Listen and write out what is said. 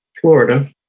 Florida